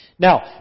Now